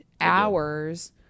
hours